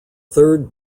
third